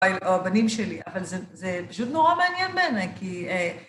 או הבנים שלי, אבל זה פשוט נורא מעניין בעיניי כי...